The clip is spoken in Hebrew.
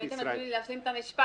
אם הייתם נותנים לי להשלים את המשפט